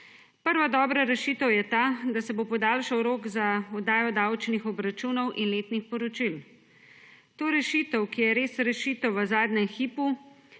Prva dobra rešitev je ta, da se bo podaljšal rok za oddajo davčnih obračunov in letnih poročil. To rešitev, ki je res rešitev v zadnjem hipu,